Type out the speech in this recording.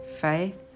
Faith